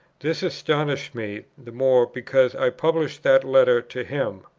this astonished me the more, because i published that letter to him,